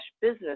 business